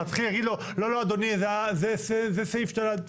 מה, צריך להגיד לו 'לא, אדוני, זה סעיף שאתה לא.